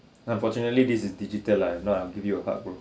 unfortunately this is digital lah now I'm give you a hug bro